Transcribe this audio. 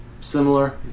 similar